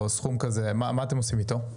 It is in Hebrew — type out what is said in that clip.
מה אתם עושים איתו?